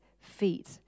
feet